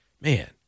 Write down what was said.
man